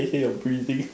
K you're breathing